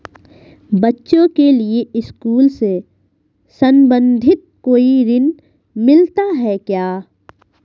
बच्चों के लिए स्कूल से संबंधित कोई ऋण मिलता है क्या?